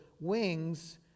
wings